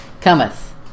Cometh